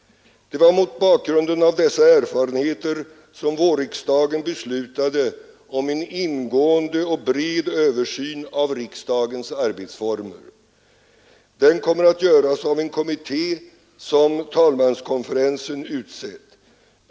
Det var mot bakgrunden av dessa erfarenheter som vårriksdagen beslutade om en ingående och bred översyn av riksdagens arbetsformer. Den kommer att göras av en kommitté som talmanskonferensen utsett.